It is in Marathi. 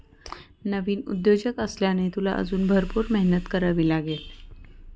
नवीन उद्योजक असल्याने, तुला अजून भरपूर मेहनत करावी लागेल